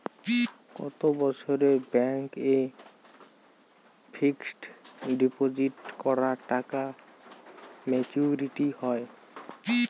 কত বছরে ব্যাংক এ ফিক্সড ডিপোজিট করা টাকা মেচুউরিটি হয়?